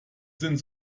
sind